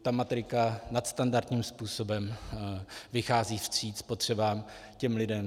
Ta matrika nadstandardním způsobem vychází vstříc potřebám těch lidí.